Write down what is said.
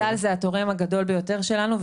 צה"ל זה התורם הגדול ביותר שלנו,